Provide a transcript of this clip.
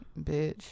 bitch